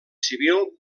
civil